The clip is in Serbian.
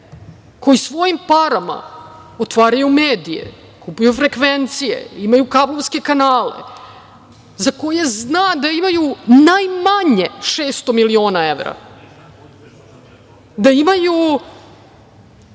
koji svojim parama, otvaraju medije, kupuju frekvencije, imaju kablovske kanale, za koje zna da imaju najmanje 600 miliona evra, da imaju